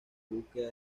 búsqueda